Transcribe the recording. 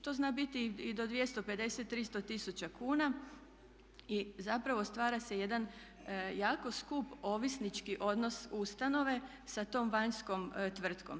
To zna biti i do 250, 300 tisuća kuna i zapravo stvara se jedan jako skup ovisnički odnos ustanove sa tom vanjskom tvrtkom.